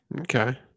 Okay